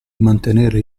mantenere